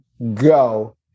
go